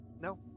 No